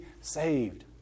saved